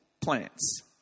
plants